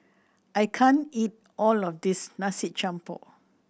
I can't eat all of this Nasi Campur